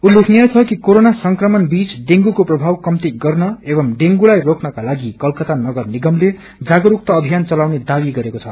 उल्लेखनीय छ कि कोरोना संक्रमण बीच डेंगूको प्रभाव कम्ती गर्न एवं डेंगूलाई रोक्नका लागि कलकता नगरनिगमले जागस्कता अभियन चलाउने दावी गरेको छ